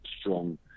strong